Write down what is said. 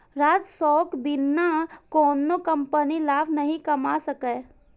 राजस्वक बिना कोनो कंपनी लाभ नहि कमा सकैए